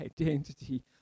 identity